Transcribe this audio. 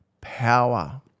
power